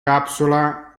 capsula